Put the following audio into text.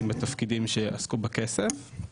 אנשים בתפקידים שעסקו בכסף,